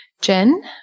Jen